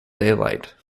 daylight